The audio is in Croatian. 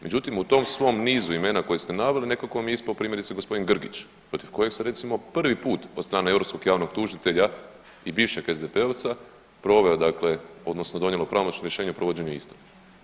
Međutim, u tom svom niz imena koje ste naveli nekako mi je ispao primjerice gospodin Grgić protiv kojeg se recimo prvi put od strane europskog javnog tužitelja i bivšeg SDP-ovca proveo dakle odnosno donijelo pravomoćno rješenje provođenja istrage.